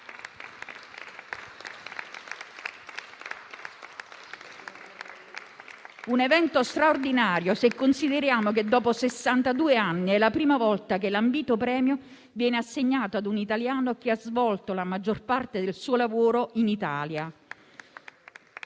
un evento straordinario se consideriamo che dopo sessantadue anni è la prima volta che l'ambito premio viene assegnato ad un italiano che ha svolto la maggior parte del suo lavoro in Italia.